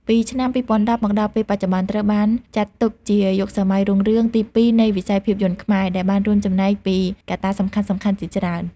ពីឆ្នាំ២០១០មកដល់ពេលបច្ចុប្បន្ន ត្រូវបានចាត់ទុកជាយុគសម័យរុងរឿងទីពីរនៃវិស័យភាពយន្តខ្មែរ ដែលបានរួមចំណែកពីកត្តាសំខាន់ៗជាច្រើន។